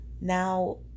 now